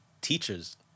teacher's